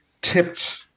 tipped